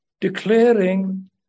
declaring